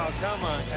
come on,